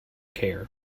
care